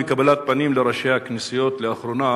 בקבלת פנים לראשי הכנסיות לאחרונה,